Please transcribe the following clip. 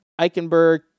Eichenberg